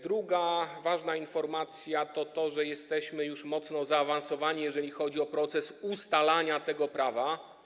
Druga ważna informacja: jesteśmy już mocno zaawansowani, jeżeli chodzi o proces ustalania tego prawa.